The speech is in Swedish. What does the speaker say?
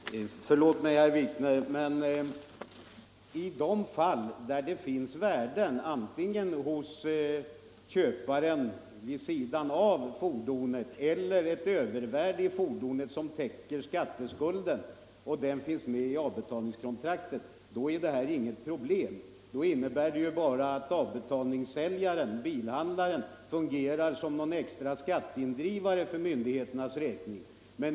Herr talman! Förlåt mig, herr Wikner, men i de fall där skatteskulden kan täckas genom att köparen äger värden förutom fordonet eller genom ett övervärde på fordonet och skatteskulden finns med i avbetalningskontraktet är det inga problem. Då fungerar avbetalningssäljaren, bilhandlaren, såsom en extra skatteindrivare för myndigheternas räkning.